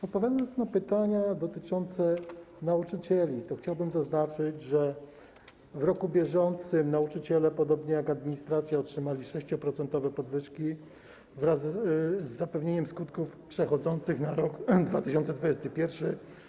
Odpowiadając na pytania dotyczące nauczycieli, chciałbym zaznaczyć, że w roku bieżącym nauczyciele, podobnie jak administracja, otrzymali 6-procentowe podwyżki wraz z zapewnieniem skutków przechodzących na rok 2021.